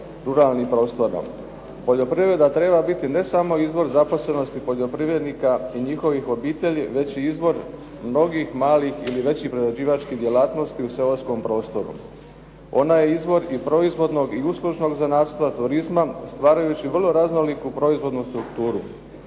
ruralnih prostora. Poljoprivreda treba biti ne samo izvor zaposlenosti poljoprivrednika i njihovih obitelji, već i izvor mnogih malih ili većih prerađivačkih djelatnosti u seoskom prostoru. Ona je izvor i proizvodnog i uslužnog zanatstva, turizma stvarajući vrlo raznoliku proizvodnu strukturu.